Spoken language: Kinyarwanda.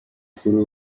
kuri